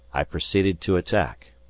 i proceeded to attack,